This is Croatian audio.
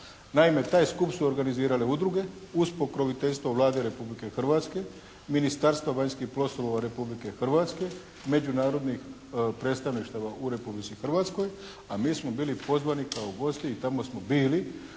Naime taj skup su organizirale udruge uz pokroviteljstvo Vlade Republike Hrvatske, Ministarstva vanjskih poslova Republike Hrvatske, međunarodnih predstavništava u Republici Hrvatskoj a mi smo bili pozvani kao gosti i tamo smo bili